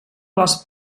les